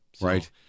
Right